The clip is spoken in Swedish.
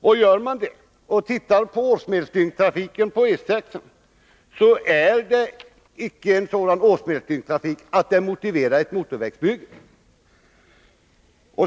Och ser man på årsmedelsdygnstrafiken på E 6 finner man att den inte motiverar ett motorvägsbygge.